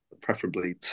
preferably